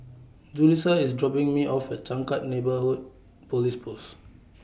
Julisa IS dropping Me off At Changkat Neighbourhood Police Post